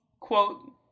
quote